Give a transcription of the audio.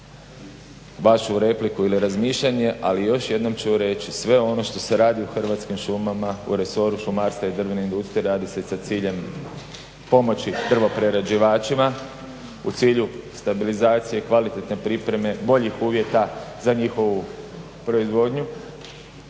vašu repliku ili razmišljanje. Ali još jednom ću reći sve ono što se radi u Hrvatskim šumama, u resoru šumarstva i drvne industrije radi se sa ciljem pomoći drvoprerađivačima u cilju stabilizacije i kvalitetne pripreme, boljih uvjeta za njihovu proizvodnju